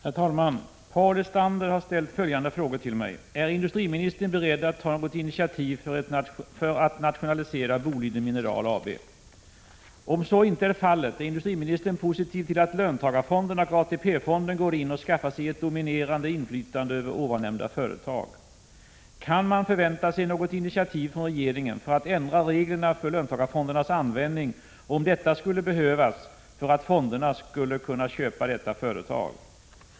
Igtuvindurread NE RA Norrbotten och Väster Herr talman! Paul Lestander har ställt följande frågor till mig: bollen 1. Är industriministern beredd att ta något initiativ för att nationalisera Boliden Mineral AB? 2. Om så inte är fallet är industriministern positiv till att löntagarfonderna och ATP-fonden går in och skaffar sig ett dominerande inflytande över ovannämnda företag? 3. Kan man vänta sig något initiativ från regeringen för att ändra reglerna för löntagarfondernas användning om detta skulle behövas för att fonderna skulle kunna köpa detta företag? 4.